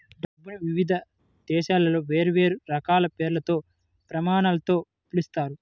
డబ్బుని వివిధ దేశాలలో వేర్వేరు రకాల పేర్లతో, ప్రమాణాలతో పిలుస్తారు